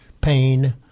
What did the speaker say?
pain